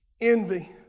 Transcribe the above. Envy